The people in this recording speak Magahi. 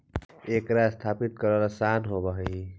एकरा स्थापित करल आसान होब हई